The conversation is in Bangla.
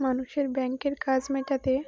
মানুষের ব্যাংকের কাজ মেটাতে